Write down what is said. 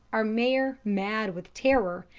our mare mad with terror,